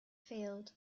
field